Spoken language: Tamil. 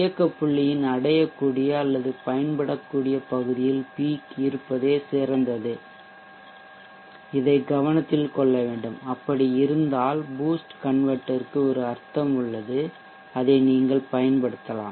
இயக்க புள்ளியின் அடையக்கூடிய அல்லது பயன்படக்கூடிய பகுதியில் பீக் இருப்பதே சிறந்தது இதை கவனத்தில் கொள்ள வேண்டும் அப்படி இருந்தால் பூஸ்ட் கன்வெர்ட்டெர்க்கு ஒரு அர்த்தம் உள்ளது அதை நீங்கள் பயன்படுத்தலாம்